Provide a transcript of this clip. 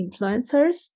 influencers